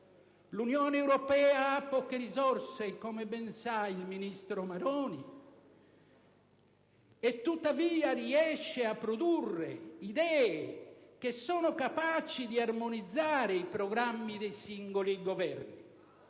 L'Unione europea ha poche risorse, come ben sa il ministro Maroni; tuttavia riesce a produrre idee che sono capaci di armonizzare i programmi dei singoli Governi.